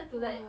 !wah!